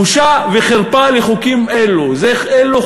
בושה וחרפה, החוקים אלו.